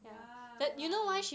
ya why ah